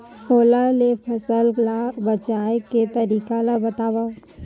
ओला ले फसल ला बचाए के तरीका ला बतावव?